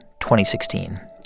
2016